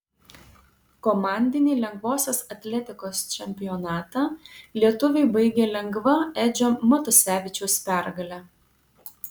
komandinį lengvosios atletikos čempionatą lietuviai baigė lengva edžio matusevičiaus pergale